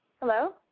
Hello